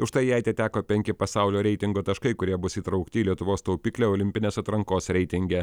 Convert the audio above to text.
už tai jai atiteko penki pasaulio reitingo taškai kurie bus įtraukti į lietuvos taupyklę olimpinės atrankos reitinge